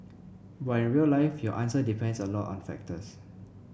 but in real life your answer depends on a lot of factors